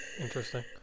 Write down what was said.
Interesting